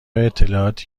اطلاعاتی